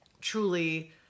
truly